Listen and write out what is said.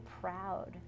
proud